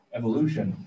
evolution